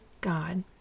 God